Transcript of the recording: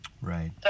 Right